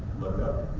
look up